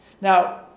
Now